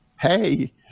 hey